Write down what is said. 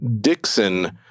Dixon